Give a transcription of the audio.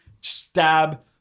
Stab